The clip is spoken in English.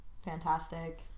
fantastic